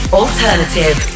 alternative